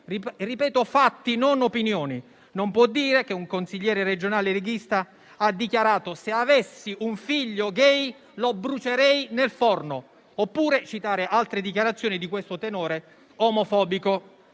Ripeto: fatti, non opinioni. Non può dire che un consigliere regionale leghista ha dichiarato «se avessi un figlio gay, lo brucerei nel forno», oppure citare altre dichiarazioni di questo tenore omofobico.